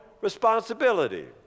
Responsibility